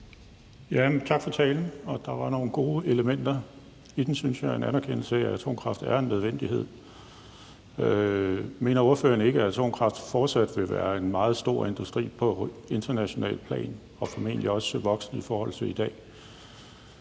Tak for talen. Der var nogle gode elementer i den, synes jeg – en anerkendelse af, at atomkraft er en nødvendighed. Mener ordføreren ikke, at atomkraft fortsat vil være en meget stor industri på internationalt plan og formentlig også voksende i forhold til i dag?